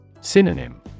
Synonym